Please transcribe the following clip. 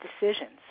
decisions